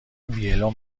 ویلون